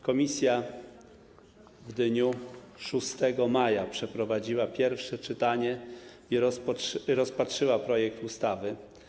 Komisja w dniu 6 maja przeprowadziła pierwsze czytanie i rozpatrzyła projekt ustawy.